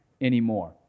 anymore